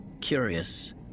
Curious